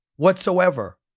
whatsoever